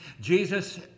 jesus